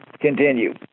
continue